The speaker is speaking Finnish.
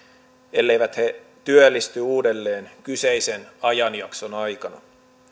elleivät he työllisty uudelleen kyseisen ajanjakson aikana